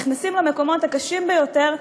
נכנסים למקומות הקשים ביותר,